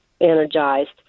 energized